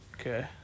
Okay